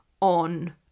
on